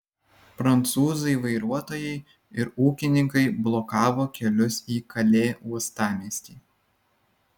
prancūzai vairuotojai ir ūkininkai blokavo kelius į kalė uostamiestį